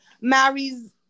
marries